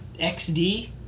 XD